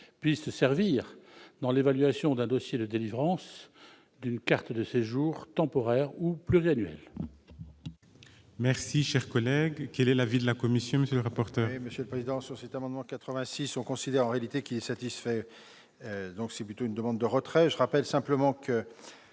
puisse servir dans l'évaluation d'un dossier de délivrance d'une carte de séjour temporaire ou pluriannuelle.